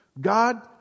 God